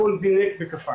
הכל זינק וקפץ,